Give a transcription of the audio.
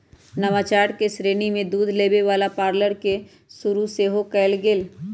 नवाचार के श्रेणी में दूध देबे वला पार्लर के शुरु सेहो कएल गेल